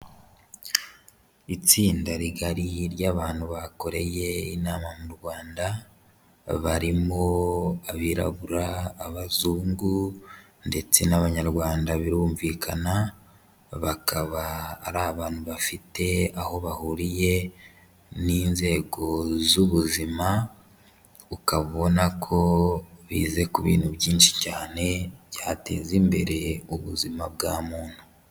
Itsinda rigari ry'abantu bakoreye inama mu Rwanda, barimo abirabura, abazungu ndetse n'Abanyarwanda birumvikana, bakaba ari abantu bafite aho bahuriye n'inzego z'ubuzima, ukabona ko bize ku bintu byinshi cyane byateza imbere ubuzima bwa muntu.